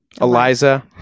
Eliza